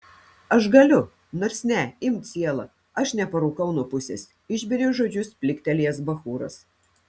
aš galiu nors ne imk cielą aš neparūkau nuo pusės išbėrė žodžius pliktelėjęs bachūras